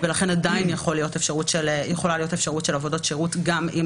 ולכן עדיין יכולה להיות אפשרות של עבודות שירות גם אם